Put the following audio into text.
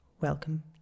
welcome